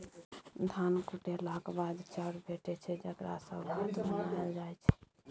धान कुटेलाक बाद चाउर भेटै छै जकरा सँ भात बनाएल जाइ छै